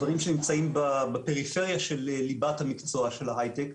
דברים שנמצאים בפריפריה של ליבת המקצוע של ההיי-טק.